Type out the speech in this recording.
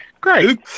Great